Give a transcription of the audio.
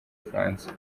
bufaransa